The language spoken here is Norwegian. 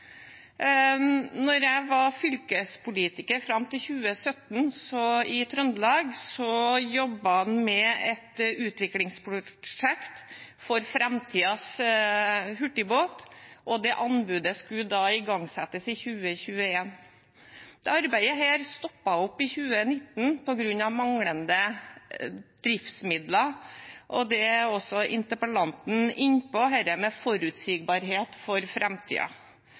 jeg var fylkespolitiker fram til 2017, jobbet man i Trøndelag med et utviklingsprosjekt for framtidens hurtigbåt, og det anbudet skulle igangsettes i 2021. Dette arbeidet stoppet opp i 2019 på grunn av manglende driftsmidler. Dette er noe også interpellanten er inne på: forutsigbarhet for